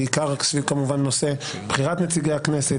בעיקר סביב כמובן בחירת נציגי הכנסת,